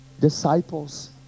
disciples